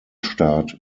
staat